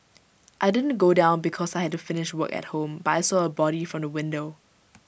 I didn't go down because I had to finish work at home but I saw A body from the window